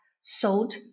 sold